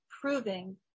proving